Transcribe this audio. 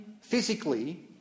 physically